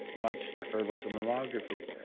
much preferable to mammography.